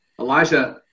Elijah